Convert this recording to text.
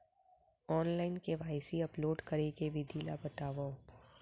Online KYC upload करे के विधि ला बतावव?